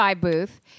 Booth